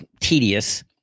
tedious